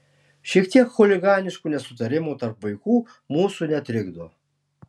šiek tiek chuliganiškų nesutarimų tarp vaikų mūsų netrikdo